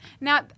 Now